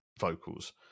vocals